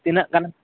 ᱛᱤᱱᱟᱹᱜ ᱜᱟᱱ